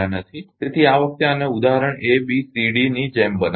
તેથી આ વખતે આને ઉદાહરણ A B C D ની જેમ બનાવો